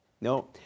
No